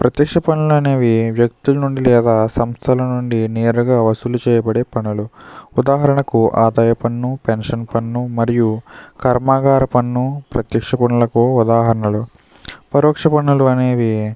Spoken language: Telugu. ప్రత్యక్ష పన్నులు అనేవి వ్యక్తుల నుండి లేదా సంస్థల నుండి నేరుగా వసూలు చేయబడే పన్నులు ఉదాహరణకు ఆదాయ పన్ను పెన్షన్ పన్ను మరియు కర్మాగార పన్ను ప్రత్యక్ష పన్నులకు ఉదాహరణలు పరోక్ష పన్నులు అనేవి